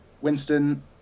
Winston